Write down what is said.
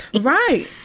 right